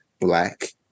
black